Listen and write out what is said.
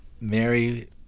Mary